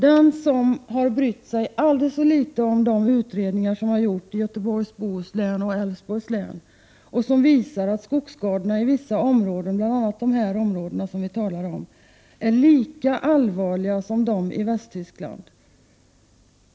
Den som aldrig så litet har brytt sig om de utredningar som har gjorts i Göteborgs och Bohus län och i Älvsborgs län har fått klart för sig att skogsskadorna i vissa områden, bl.a. de områden som vi nu talar om, är lika allvarliga som skogsskadorna i Prot. 1988/89:107 Västtyskland.